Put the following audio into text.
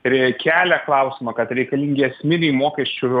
ir kelia klausimą kad reikalingi esminiai mokesčių